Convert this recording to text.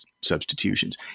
substitutions